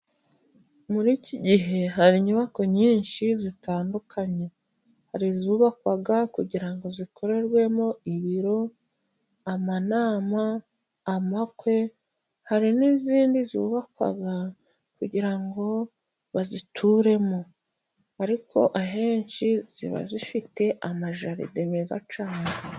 Muri iki gihe hari inyubako nyinshi zitandukanye, hari izubakwa kugira ngo zikorerwemo ibiro, amanama, amakwe, hari n'izindi zubakwa kugira ngo bazituremo, ariko ahenshi ziba zifite amajaride meza cyane.